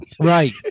Right